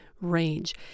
range